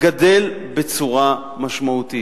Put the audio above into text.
גדל בצורה משמעותית,